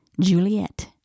Juliet